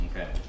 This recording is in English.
Okay